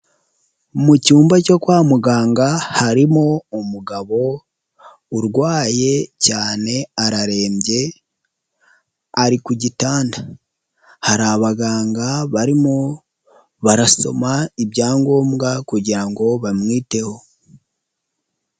Mu cyumba cyo kwa muganga harimo umugabo urwaye cyane, ararembye ari ku gitanda. Hari abaganga barimo barasoma ibyangombwa kugira ngo bamwiteho.